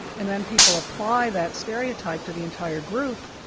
and then people apply that stereotype to the entire group.